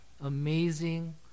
amazing